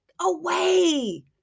away